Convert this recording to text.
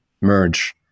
merge